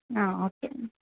okay